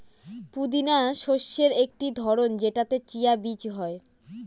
পুদিনা শস্যের একটি ধরন যেটাতে চিয়া বীজ হয়